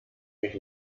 mich